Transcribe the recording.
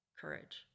courage